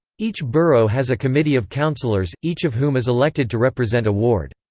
each borough has a committee of councillors, each of whom is elected to represent a ward.